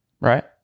right